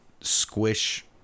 squish